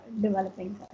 developing